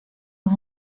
más